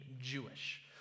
Jewish